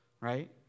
right